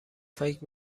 فکر